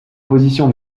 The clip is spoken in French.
position